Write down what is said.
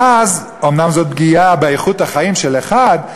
ואז אומנם זאת פגיעה באיכות החיים של אחד,